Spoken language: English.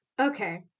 Okay